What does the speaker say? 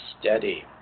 steady